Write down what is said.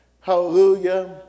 Hallelujah